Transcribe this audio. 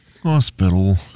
Hospital